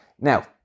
Now